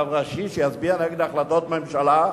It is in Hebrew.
רב ראשי שיצביע נגד החלטות ממשלה?